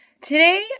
Today